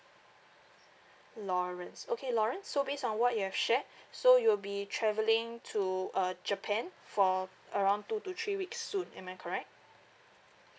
lawrence okay lawrence so based on what you have shared so you will be travelling to uh japan for around two to three weeks soon am I correct